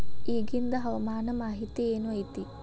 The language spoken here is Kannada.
ಇಗಿಂದ್ ಹವಾಮಾನ ಮಾಹಿತಿ ಏನು ಐತಿ?